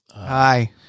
Hi